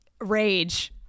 rage